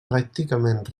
pràcticament